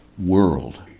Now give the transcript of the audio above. world